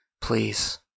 Please